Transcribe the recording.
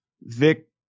Vic